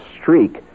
streak